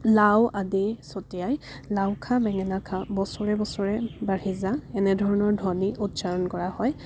লাও আদি চতিয়াই লাও খা বেঙেনা খা বছৰে বছৰে বাঢ়ি যা এনেধৰণৰ ধ্বনি উচ্চাৰণ কৰা হয়